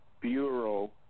Bureau